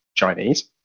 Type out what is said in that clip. Chinese